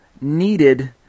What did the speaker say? needed